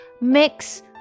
Mix